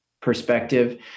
perspective